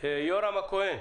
יורם הכהן,